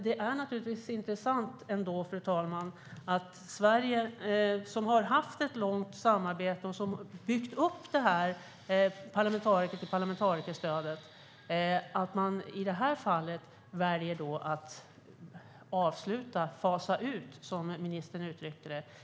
Det är naturligtvis intressant, fru talman, att Sverige som har haft ett långt samarbete och byggt upp parlamentariker-till-parlamentariker-stödet i det här fallet väljer att avsluta - eller fasa ut, som ministern uttryckte det.